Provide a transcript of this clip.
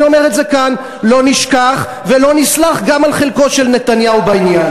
ואני אומר את זה כאן: לא נשכח ולא נסלח גם על חלקו של נתניהו בעניין.